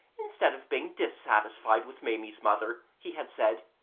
instead of being dissatisfied with maimie's mother, he had said,